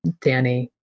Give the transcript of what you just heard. Danny